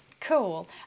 Cool